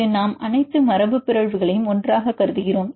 இது நாம் அனைத்து மரபுபிறழ்வுகளையும் ஒன்றாகக் கருதுகிறோம்